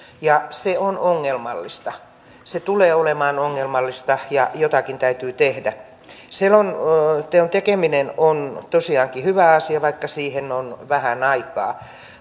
se on ongelmallista se tulee olemaan ongelmallista ja jotakin täytyy tehdä selonteon tekeminen on tosiaankin hyvä asia vaikka siihen on vähän aikaa